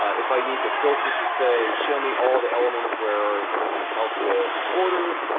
if i need to filter to, say, show me all the elements where they need help with an order,